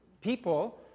people